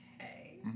Okay